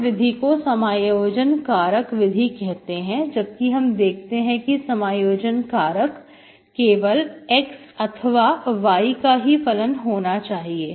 इस विधि को समायोजन कारक विधि कहते हैं जबकि हम देखते हैं कि समायोजन कारक केवल x अथवा y का फलन होना चाहिए